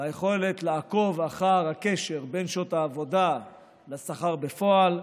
ביכולת לעקוב אחר הקשר בין שעות העבודה לשכר בפועל,